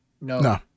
no